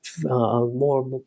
more